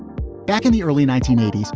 back in the early nineteen eighty s,